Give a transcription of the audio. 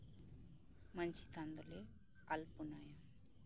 ᱢᱟᱹᱡᱷᱤ ᱛᱷᱟᱱ ᱫᱚᱞᱮ ᱟᱞᱯᱚᱱᱟᱭᱟ